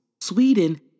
Sweden